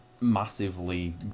massively